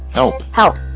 no. how?